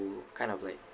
kind of like